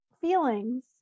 feelings